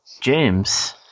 James